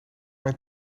mijn